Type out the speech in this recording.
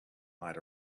might